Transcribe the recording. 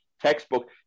textbook